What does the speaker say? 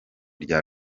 rya